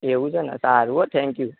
એવુ છે ને સારું હો થેંક્યું